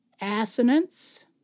assonance